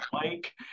Mike